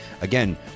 Again